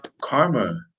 karma